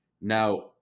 now